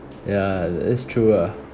ya it's true lah